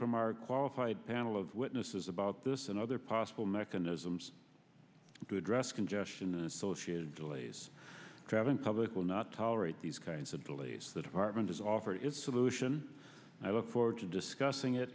from our qualified panel of witnesses about this and other possible mechanisms to address congestion associated delays traveling public will not tolerate these kinds of delays the department has offered its solution i look forward to discussing it